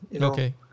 Okay